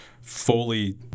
fully